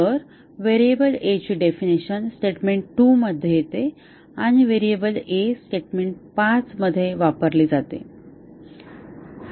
तर variable a ची definition statement 2 मध्ये येते आणि व्हेरिएबल a स्टेटमेंट 5 मध्ये वापरली जाते